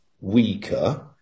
weaker